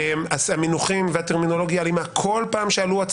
ומה כל הבוקה ומבוקה שאנחנו רואים כאן